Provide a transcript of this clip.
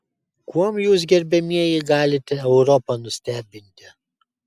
kuom jūs gerbiamieji galite europą nustebinti